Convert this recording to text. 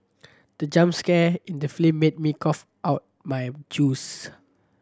the jump scare in the made me cough out my juice